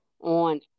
on